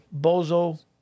Bozo